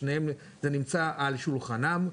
זה נמצא על שולחנם.